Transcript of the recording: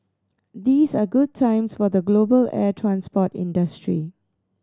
these are good times for the global air transport industry